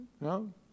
No